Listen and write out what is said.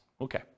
Okay